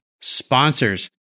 Sponsors